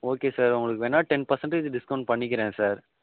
okay sir உங்களுக்கு வேணுனா ten percentage discount பண்ணிக்கிறேன் சார்